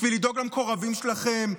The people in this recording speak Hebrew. בשביל לדאוג למקורבים שלכם,